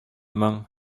моң